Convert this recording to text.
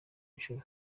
inshuro